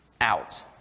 out